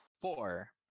four